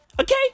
Okay